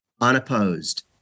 unopposed